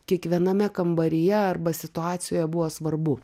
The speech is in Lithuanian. kiekviename kambaryje arba situacijoje buvo svarbu